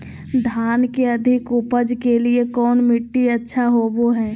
धान के अधिक उपज के लिऐ कौन मट्टी अच्छा होबो है?